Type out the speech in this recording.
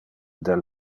del